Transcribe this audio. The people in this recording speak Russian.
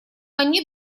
они